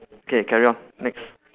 okay carry on next